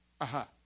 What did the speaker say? Aha